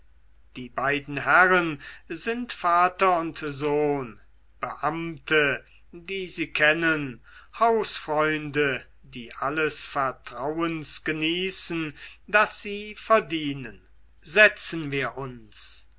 die beiden herren sind vater und sohn beamte die sie kennen hausfreunde die alles vertrauen genießen das sie verdienen setzen wir uns